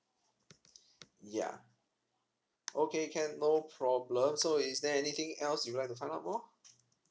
ya okay can no problem so is there anything else you would like to find out more